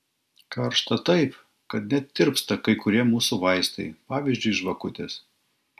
karšta taip kad net tirpsta kai kurie mūsų vaistai pavyzdžiui žvakutės